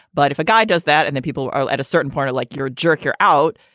but if a guy does that and the people are at a certain party like you're a jerk, you're out,